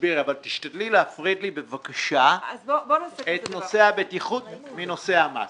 תסבירי אבל תשתדלי להפריד לי בבקשה את נושא הבטיחות מנושא המס.